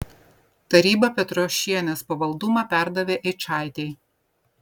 taryba petrošienės pavaldumą perdavė eičaitei